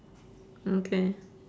okay